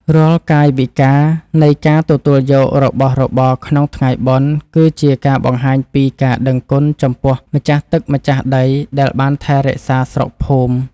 រាល់កាយវិការនៃការទទួលយករបស់របរក្នុងថ្ងៃបុណ្យ គឺជាការបង្ហាញពីការដឹងគុណចំពោះម្ចាស់ទឹកម្ចាស់ដីដែលបានថែរក្សាស្រុកភូមិ។